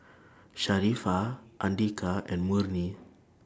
Sharifah Andika and Murni